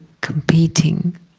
competing